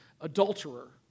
adulterer